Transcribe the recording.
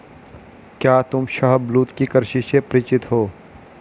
क्या तुम शाहबलूत की कृषि से परिचित हो?